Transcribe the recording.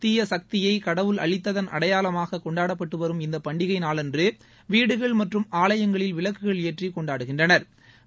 திய சக்தியை கடவுள் அழித்ததள் அடையாளமாக கொண்டாடப்பட்டு வரும் இந்த பண்டிகை நாளன்று வீடுகள் மற்றும் ஆலயங்களில் விளக்குகள் ஏற்றி கொண்டாடுகின்றனா்